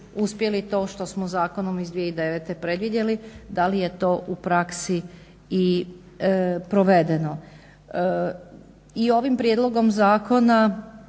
uspjeli to što smo zakonom iz 2009. predvidjeli, da li je to u praksi i provedeno. I ovom prijedlogom zakona